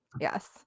Yes